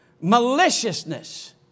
Maliciousness